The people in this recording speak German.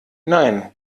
nein